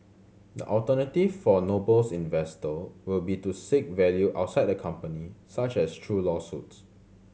the alternative for Noble's investor will be to seek value outside the company such as through lawsuits